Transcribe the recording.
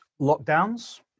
lockdowns